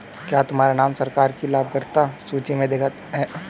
क्या तुम्हारा नाम सरकार की लाभकर्ता की सूचि में देखा है